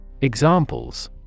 Examples